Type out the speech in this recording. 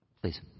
Please